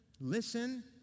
listen